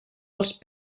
els